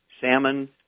salmon